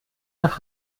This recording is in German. nach